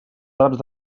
draps